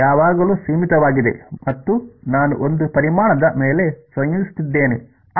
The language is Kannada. ಯಾವಾಗಲೂ ಸೀಮಿತವಾಗಿದೆ ಮತ್ತು ನಾನು ಒಂದು ಪರಿಮಾಣದ ಮೇಲೆ ಸಂಯೋಜಿಸುತ್ತಿದ್ದೇನೆ